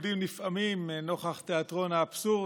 עומדים נפעמים נוכח תיאטרון האבסורד